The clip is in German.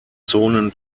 zonen